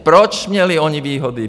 Proč měli oni výhody?